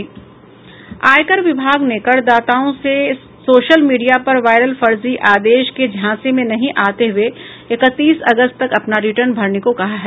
आयकर विभाग ने करदाताओं से सोशल मीडिया पर वायरल फर्जी आदेश के झाँसे में नहीं आते हुए इकतीस अगस्त तक अपना रिटर्न भरने को कहा है